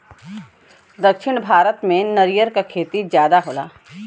दक्षिण भारत में नरियर क खेती जादा होला